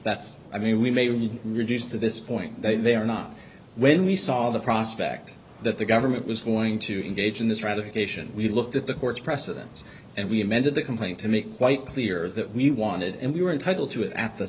that's i mean we may be reduced to this point they are not when we saw the prospect that the government was going to engage in this ratification we looked at the court's precedents and we amended the complaint to make quite clear that we wanted and we were entitled